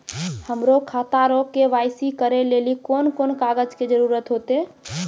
हमरो खाता रो के.वाई.सी करै लेली कोन कोन कागज के जरुरत होतै?